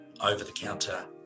over-the-counter